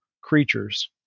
creatures